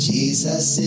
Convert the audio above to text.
Jesus